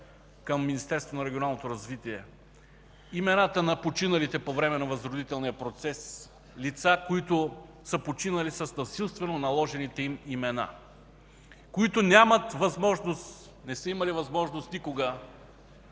развитие имената на починалите по време на възродителния процес лица, които са починали с насилствено наложените им имена, които нямат възможност, не са имали възможност никога